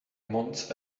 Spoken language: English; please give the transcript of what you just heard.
monts